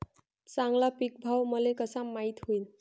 चांगला पीक भाव मले कसा माइत होईन?